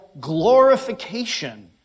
glorification